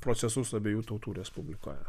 procesus abiejų tautų respublikoje